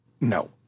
No